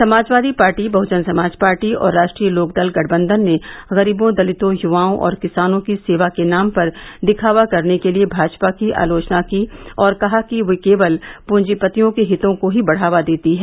Samajwadi Party Bahujan Samaj Party और राष्ट्रीय लोकदल गठबंधन ने गरीबों दलितों युवाओं और किसानों की सेवा के नाम पर दिखावा करने के लिए भाजपा की आलोचना की है और कहा कि वह केवल पूंजीपतियों के हितों को ही बढ़ावा देती है